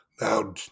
Now